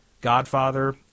godfather